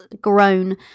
grown